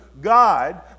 God